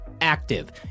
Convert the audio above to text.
active